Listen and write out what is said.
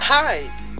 Hi